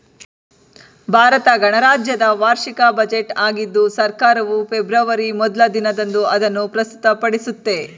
ಭಾರತ ಗಣರಾಜ್ಯದ ವಾರ್ಷಿಕ ಬಜೆಟ್ ಆಗಿದ್ದು ಸರ್ಕಾರವು ಫೆಬ್ರವರಿ ಮೊದ್ಲ ದಿನದಂದು ಅದನ್ನು ಪ್ರಸ್ತುತಪಡಿಸುತ್ತೆ